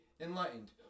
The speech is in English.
enlightened